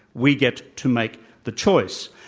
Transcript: we get to make the choice.